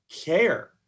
care